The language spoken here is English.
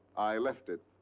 i left it.